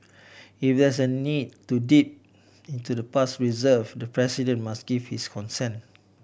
even is a need to dip into the past reserve the president must give his consent